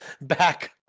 back